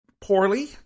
Poorly